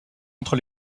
entre